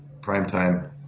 primetime